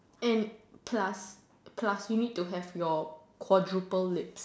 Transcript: and plus plus you need to have tour quadruple lips